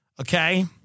Okay